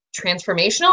transformational